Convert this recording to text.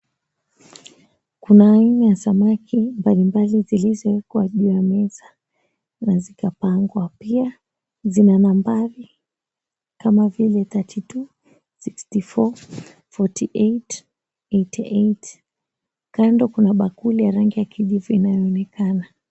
Kuna aina ya samaki mbalimbali zilizowekwa juu ya meza na zikapangwa, pia zinanambari kama vile 32, 64, 48, 88. Kando kuna bakuli ya rangi ya kijivu inayoonekana.